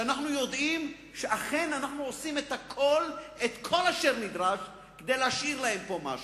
שאנחנו יודעים שאכן אנחנו עושים את כל אשר נדרש כדי להשאיר להם פה משהו.